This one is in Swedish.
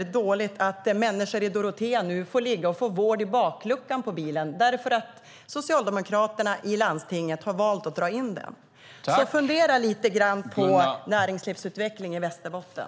Det är illa att människor i Dorotea nu får ligga i baksätet på bilen och få vård eftersom Socialdemokraterna i landstinget valt att dra in tjänster. Fundera därför lite grann på näringslivsutvecklingen i Västerbotten.